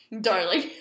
darling